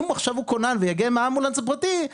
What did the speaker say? אם עכשיו הוא כונן ויגיע עם האמבולנס הפרטי,